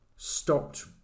Stopped